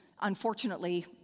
unfortunately